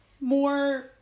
more